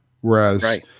Whereas